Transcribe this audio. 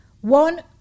One